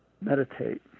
meditate